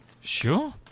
Sure